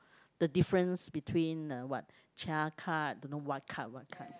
the difference between uh what CHAS card don't know what card what card